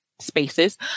spaces